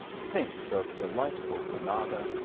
thinks of delightful grana da,